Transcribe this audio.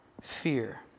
fear